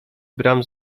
bram